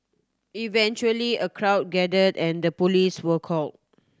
eventually a crowd gathered and the police were called